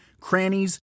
crannies